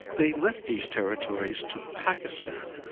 they left these territories to pakistan,